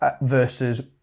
versus